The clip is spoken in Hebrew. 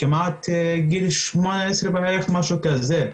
כמעט בגיל שמונה עשרה, משהו כזה.